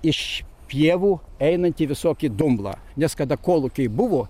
iš pievų einant į visokį dumblą nes kada kolūkiai buvo